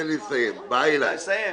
נושא